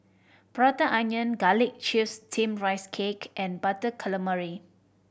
Prata Onion Garlic Chives Steamed Rice Cake and Butter Calamari